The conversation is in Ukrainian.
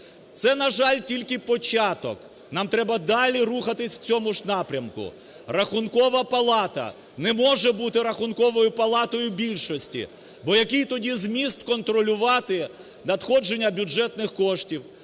Це, на жаль, тільки початок, нам треба далі рухатись в цьому ж напрямку. Рахункова палата не може бути Рахунковою палатою більшості, бо який тоді зміст контролювати надходження бюджетних коштів,